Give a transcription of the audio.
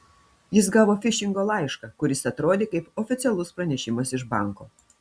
jis gavo fišingo laišką kuris atrodė kaip oficialus pranešimas iš banko